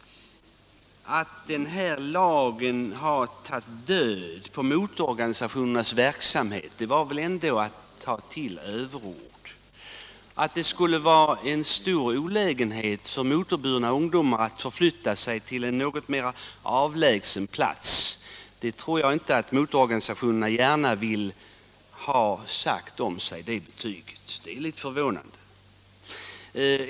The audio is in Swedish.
Att lagen har tagit död på motororganisationernas verksamhet är väl ändå att ta till överord. Att det skulle vara en stor olägenhet för motorburna ungdomar att förflytta sig till en något mera avlägsen plats är ett betyg åt motororganisationerna, som är litet förvånande och som jag inte tror att de själva vill acceptera.